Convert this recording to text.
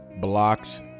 blocks